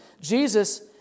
Jesus